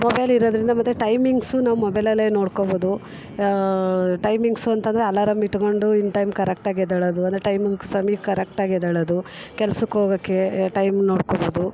mobile ಇರೋದರಿಂದ ಮತ್ತು timings ನಾವು ಮೊಬೈಲಲ್ಲೇ ನೋಡ್ಕೊಬೋದು ಟೈಮಿಂಗ್ಸು ಅಂತಂದರೆ ಅಲರಾಮ್ ಇಟ್ಟುಕೊಂಡು ಇನ್ ಟೈಮಿಗೆ ಕರೆಕ್ಟಾಗಿ ಎದ್ದೇಳೋದು ಅಂದರೆ ಟೈಮಿಂಗ್ಸ್ ಸಮಯಕ್ಕೆ ಕರೆಕ್ಟಾಗಿ ಎದ್ದೇಳೋದು ಕೆಲ್ಸಕ್ಕೆ ಹೋಗೋಕೆ ಟೈಮ್ ನೋಡ್ಕೊಬೋದು